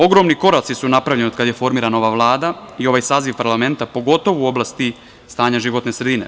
Ogromni koraci su napravljeni od kad je formirana ova Vlada i ovaj saziv parlamenta, pogotovo u oblasti stanja životne sredine.